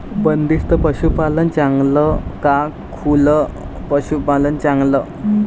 बंदिस्त पशूपालन चांगलं का खुलं पशूपालन चांगलं?